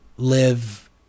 live